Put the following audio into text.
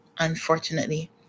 unfortunately